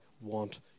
want